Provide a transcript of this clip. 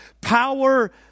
power